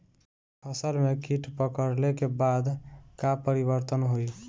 फसल में कीट पकड़ ले के बाद का परिवर्तन होई?